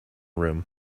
room